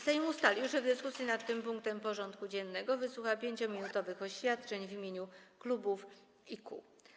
Sejm ustalił, że w dyskusji nad tym punktem porządku dziennego wysłucha 5-minutowych oświadczeń w imieniu klubów i kół.